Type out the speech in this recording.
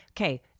Okay